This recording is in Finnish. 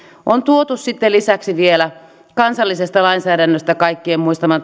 on tuotu lisäksi vielä kansallisesta lainsäädännöstä kaikkien muistama